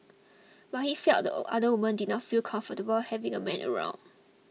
but he felt the other women did not feel comfortable having a man around